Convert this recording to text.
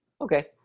Okay